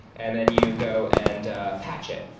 and then you go and patch it,